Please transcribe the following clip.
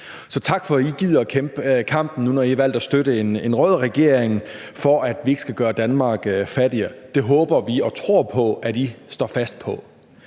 tak for, at I gider kæmpe kampen nu, hvor I har valgt at støtte en rød regering, altså kæmpe for, at vi ikke skal gøre Danmark fattigere. Det håber og tror vi på at I står fast på.